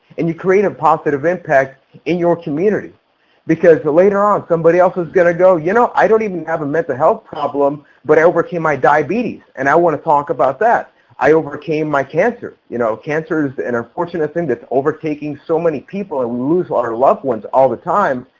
and you create a positive impact in your community because the later on somebody else is gonna go you know i don't even have a mental health problem but i overcame my diabetes and i want to talk about that i overcame my cancer. you know, cancer's an unfortunate thing that's overtaking so many people. we lose our loved ones all the time.